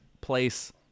place